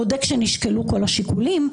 בודק שנשקלו כל השיקולים,